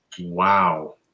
Wow